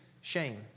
shame